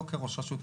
לא כראש רשות,